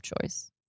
choice